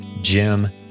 Jim